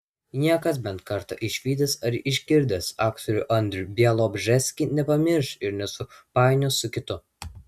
niekas bent kartą išvydęs ar išgirdęs aktorių andrių bialobžeskį nepamirš ir nesupainios su kitu